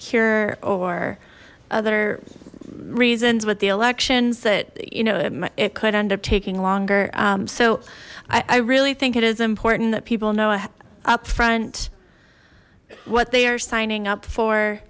cure or other reasons with the elections that you know it could end up taking longer so i really think it is important that people know a upfront what they are signing up for